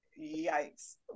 yikes